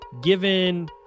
given